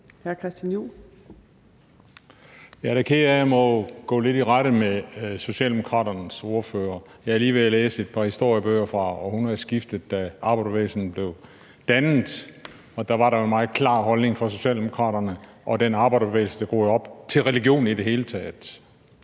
af at må gå lidt i rette med Socialdemokraternes ordfører. Jeg er lige ved at læse et par historiebøger fra århundredskiftet, da arbejderbevægelsen blev dannet. Da var der jo en meget klar holdning fra Socialdemokraterne og den arbejderbevægelse, der groede op, til religion i det hele taget.